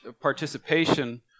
participation